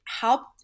helped